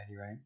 right